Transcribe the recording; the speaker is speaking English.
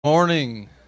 Morning